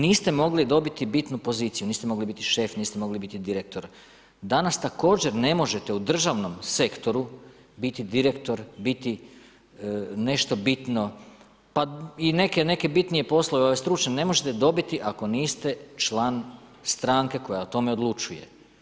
Niste mogli dobiti bitnu poziciju, niste mogli biti šef, niste mogli biti direktor, danas također ne možete u državnom sektoru biti direktor, biti nešto bitno pa i neke bitnije poslove, ove stručne, ne možete dobiti ako niste član stranke koja o tome odlučuje.